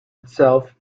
itself